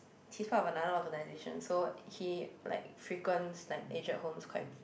he's part by another organisation so he like frequents like aged homes like quite